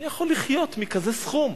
מי יכול להיות מכזה סכום?